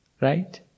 right